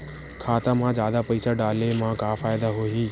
खाता मा जादा पईसा डाले मा का फ़ायदा होही?